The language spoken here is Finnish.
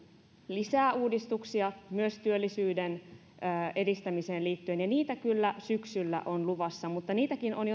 lisää uudistuksia myös työllisyyden edistämiseen liittyen niitä kyllä syksyllä on luvassa ja on